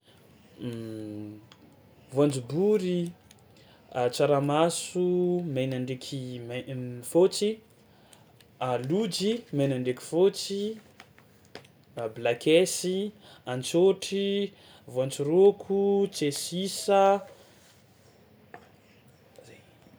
Voanjobory, a tsaramaso mena ndraiky mai- fôtsy, a lojy mena ndraiky fôtsy, a black yes, antsôtry, voantsorôko, tsiasisa, zay.